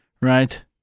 right